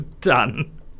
Done